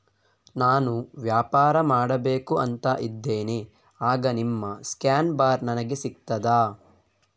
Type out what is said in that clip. ನಾನು ವ್ಯಾಪಾರ ಮಾಡಬೇಕು ಅಂತ ಇದ್ದೇನೆ, ಆಗ ನಿಮ್ಮ ಸ್ಕ್ಯಾನ್ ಬಾರ್ ನನಗೆ ಸಿಗ್ತದಾ?